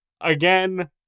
again